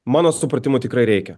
mano supratimu tikrai reikia